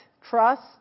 trust